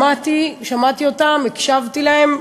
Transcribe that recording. שמעתי אותם, הקשבתי להם,